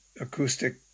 acoustic